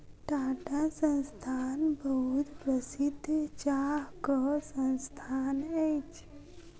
टाटा संस्थान बहुत प्रसिद्ध चाहक संस्थान अछि